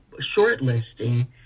shortlisting